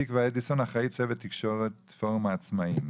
תקוה אדיסון, אחראית צוות תקשורת, פורום העצמאים.